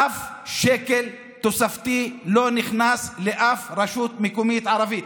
אף שקל תוספתי לא נכנס לאף רשות מקומית ערבית.